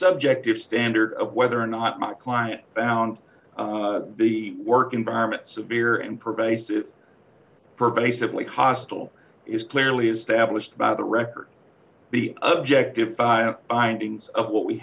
subjective standard of whether or not my client found the work environment severe and pervasive pervasively hostile is clearly established by the record be objective things of what we